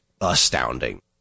astounding